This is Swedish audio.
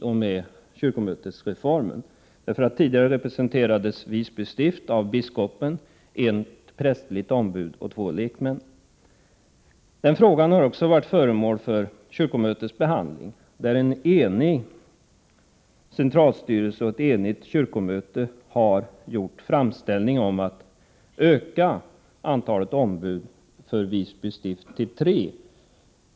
Också denna fråga har varit föremål för kyrkomötets behandling. En enig centralstyrelse och ett enigt kyrkomöte har gjort en framställning om att antalet ombud för Visby stift skall ökas till tre.